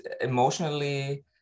emotionally